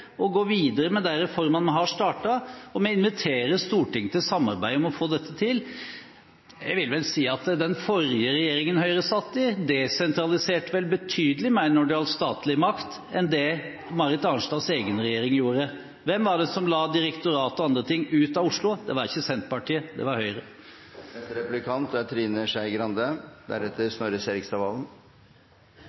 å gå videre med de reformene vi har startet, og vi inviterer Stortinget til samarbeid om å få dette til. Jeg vil vel si at den forrige regjeringen Høyre satt i, desentraliserte betydelig mer når det gjaldt statlig makt, enn det Marit Arnstads egen regjering gjorde. Hvem var det som brakte direktorat og andre ting ut av Oslo? Det var ikke Senterpartiet, det var Høyre. Det er